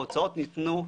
ההוצאות ניתנו,